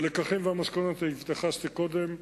4. לגבי הלקחים והמסקנות התייחסתי קודם.